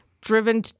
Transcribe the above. driven